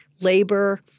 labor